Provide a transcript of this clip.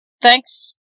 thanks